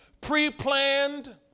pre-planned